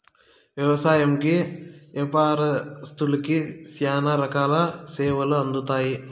వ్యవసాయంకి యాపారత్తులకి శ్యానా రకాల సేవలు అందుతాయి